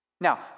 Now